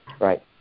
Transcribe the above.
Right